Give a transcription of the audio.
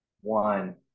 one